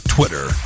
Twitter